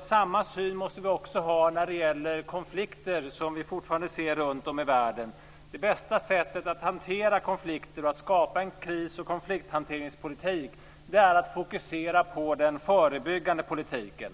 Samma syn måste vi också ha när det gäller konflikter som vi fortfarande ser runtom i världen. Det bästa sättet att hantera konflikter och att skapa en kris och konflikthanteringspolitik är att fokusera på den förebyggande politiken.